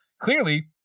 clearly